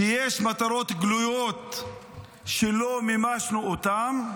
שיש מטרות גלויות שלא מימשנו אותן,